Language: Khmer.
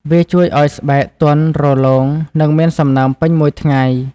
វាជួយឲ្យស្បែកទន់ រលោង និងមានសំណើមពេញមួយថ្ងៃ។